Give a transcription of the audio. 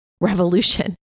revolution